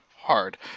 Hard